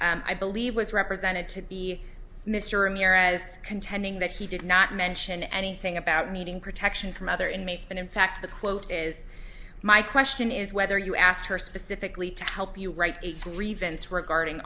i believe was represented to be mr ramirez contending that he did not mention anything about meeting protection from other inmates and in fact the quote is my question is whether you i asked her specifically to help you write a grievance regarding